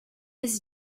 his